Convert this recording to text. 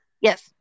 Yes